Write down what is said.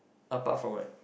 apart from it